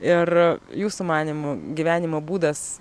ir jūsų manymu gyvenimo būdas